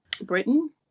britain